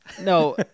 No